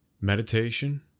meditation